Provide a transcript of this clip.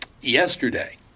Yesterday